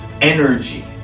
energy